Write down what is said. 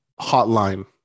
hotline